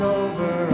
over